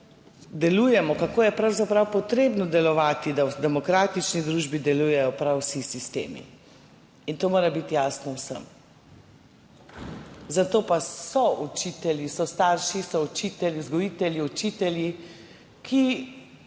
delujemo, kako je pravzaprav potrebno delovati, da v demokratični družbi delujejo prav vsi sistemi. To mora biti jasno vsem. Zato pa so učitelji, so starši, so vzgojitelji, učitelji, ki